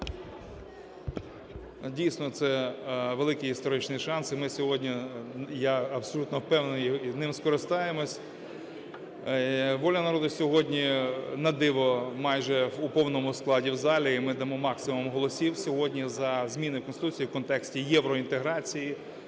Дійсно, це великий історичний шанс, і ми сьогодні, я абсолютно впевнений, ним скористаємося. "Воля народу" сьогодні, на диво, майже у повному складі в залі і ми дамо максимум голосів сьогодні за зміни в Конституцію в контексті євроінтеграції